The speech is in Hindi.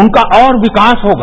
उनका और विकास होगा